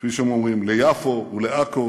כפי שהם אומרים, ליפו ולעכו